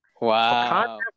Wow